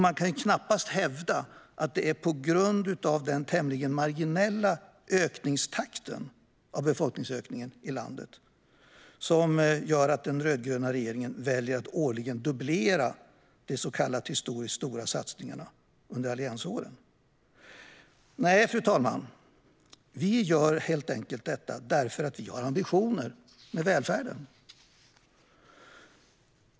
Man kan knappast hävda att det är på grund av den tämligen marginella takten på befolkningsökningen i landet som den rödgröna regeringen väljer att årligen dubblera de så kallat historiskt stora satsningarna under alliansåren. Nej, fru talman, vi gör det helt enkelt därför att vi har ambitioner med välfärden.